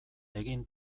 egin